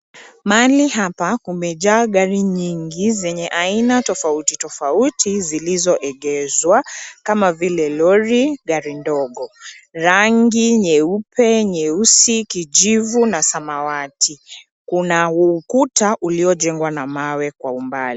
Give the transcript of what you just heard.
Mahali hapa kumejaa gari nyingi zenye aina tofauti tofauti zilizoegeshwa, kama vile: lori, gari ndogo, rangi nyeupe, nyeusi, kijivu na samawati. Kuna ukuta uliojengwa na mawe kwa umbali.